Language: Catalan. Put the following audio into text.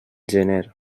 gener